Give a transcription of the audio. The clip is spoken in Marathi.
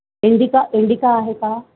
इंडिका इंडिका आहे का